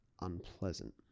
unpleasant